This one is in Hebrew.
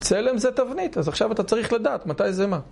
צלם זה תבנית, אז עכשיו אתה צריך לדעת מתי זה מה.